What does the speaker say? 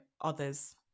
others